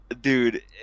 dude